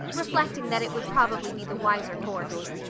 reflecting that it would probably be the wiser course.